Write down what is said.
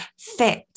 Fit